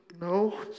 no